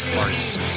artists